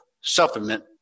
supplement